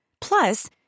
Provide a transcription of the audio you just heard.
Plus